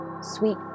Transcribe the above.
Sweet